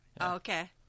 okay